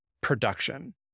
production